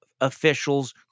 officials